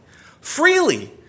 freely